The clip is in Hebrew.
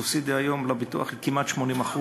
הסובסידיה היום לביטוח היא כמעט 80%,